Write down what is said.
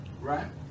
Right